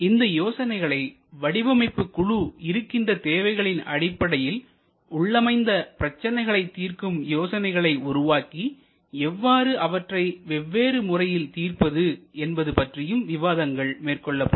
இந்த யோசனைகளை வடிவமைப்புக் குழு இருக்கின்ற தேவைகளின் அடிப்படையில் உள்ளமைந்த பிரச்சனைகளை தீர்க்கும் யோசனைகளை உருவாக்கி எவ்வாறு அவற்றைத் வெவ்வேறு முறையில் தீர்ப்பது என்பது பற்றியும் விவாதங்கள் மேற்கொள்ளப்படும்